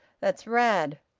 that's rad!